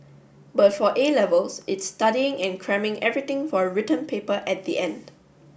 but for A Levels it's studying and cramming everything for a written paper at the end